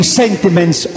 sentiments